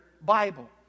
Bible